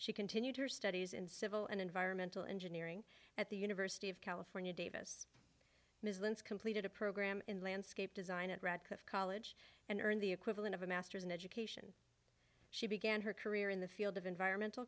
she continued her studies in civil and environmental engineering at the university of california davis muslins completed a program in landscape design at radcliffe college and earned the equivalent of a masters in education she began her career in the field of environmental